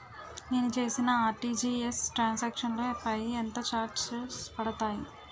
నేను చేసిన RTGS transaction లో పై ఎంత చార్జెస్ పడతాయి?